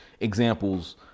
Examples